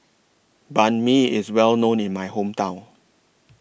Banh MI IS Well known in My Hometown